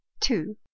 Two